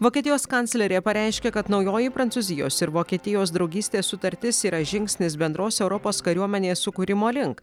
vokietijos kanclerė pareiškė kad naujoji prancūzijos ir vokietijos draugystės sutartis yra žingsnis bendros europos kariuomenės sukūrimo link